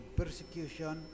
persecution